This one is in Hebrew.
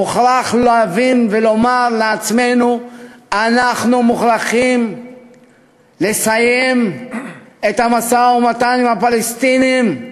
מוכרח להבין ולומר: אנחנו מוכרחים לסיים את המשא-ומתן עם הפלסטינים.